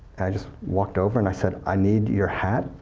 i just walked over and i said, i need your hat,